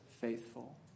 faithful